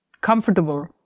comfortable